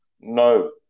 No